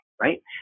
right